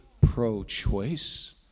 pro-choice